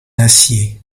acier